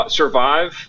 survive